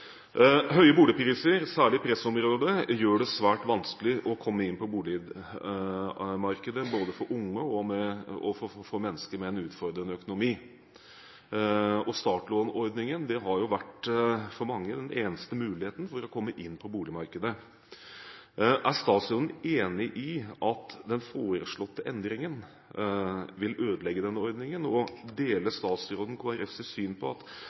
Høye boligpriser, særlig i pressområder, gjør det svært vanskelig å komme inn på boligmarkedet, både for unge og for mennesker med en utfordrende økonomi. Startlånordningen har for mange vært den eneste muligheten til å komme inn på boligmarkedet. Er statsråden enig i at den foreslåtte endringen vil ødelegge denne ordningen? Og deler statsråden Kristelig Folkepartis syn på at